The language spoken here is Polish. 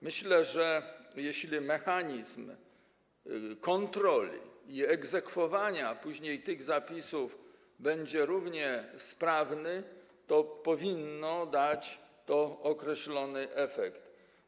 Myślę, że jeśli mechanizm kontroli i egzekwowania później tych zapisów będzie równie sprawny, to powinno dać to określony efekt.